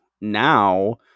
now